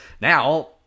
now